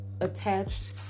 attached